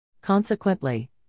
Consequently